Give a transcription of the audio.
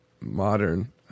modern